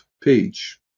page